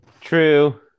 True